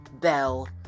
Bell